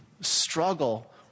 struggle